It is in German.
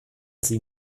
sie